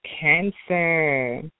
Cancer